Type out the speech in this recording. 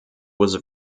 was